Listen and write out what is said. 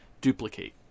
duplicate